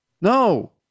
no